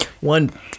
One